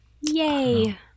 Yay